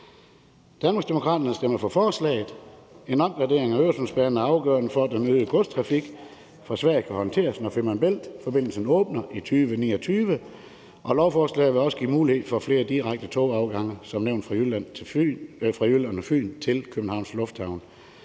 Danmarksdemokraterne stemmer for forslaget. En opgradering af Øresundsbanen er afgørende for, at den øgede godstrafik fra Sverige kan håndteres, når Femern Bælt-forbindelsen åbner i 2029, og lovforslaget vil også som nævnt give mulighed for flere direkte togafgange fra Jylland og Fyn til Københavns Lufthavn,